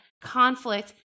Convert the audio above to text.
conflict